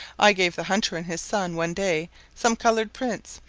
i gave the hunter and his son one day some coloured prints,